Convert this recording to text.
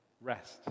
Rest